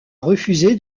refusé